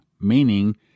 meaning